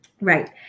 Right